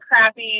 crappy